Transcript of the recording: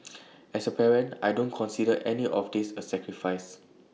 as A parent I don't consider any of this A sacrifice